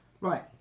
right